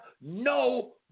no